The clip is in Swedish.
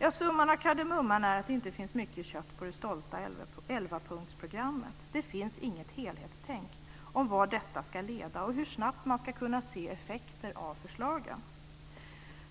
Ja, summan av kardemumman är att det inte finns mycket kött på det stolta elvapunktsprogrammet. Det finns inget helhetstänkande om vart detta ska leda och om hur snabbt man ska kunna se effekter av förslagen.